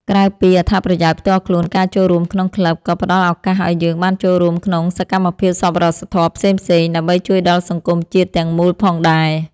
ក្រៅពីអត្ថប្រយោជន៍ផ្ទាល់ខ្លួន ការចូលរួមក្នុងក្លឹបក៏ផ្តល់ឱកាសឱ្យយើងបានចូលរួមក្នុងសកម្មភាពសប្បុរសធម៌ផ្សេងៗ ដើម្បីជួយដល់សង្គមជាតិទាំងមូលផងដែរ។